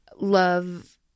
love